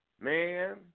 Man